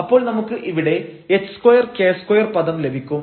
അപ്പോൾ നമുക്ക് ഇവിടെ h2 k2 പദം ലഭിക്കും